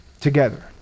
together